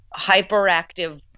hyperactive